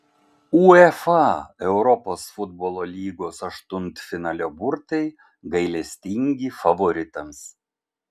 uefa europos futbolo lygos aštuntfinalio burtai gailestingi favoritams